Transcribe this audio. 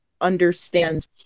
understand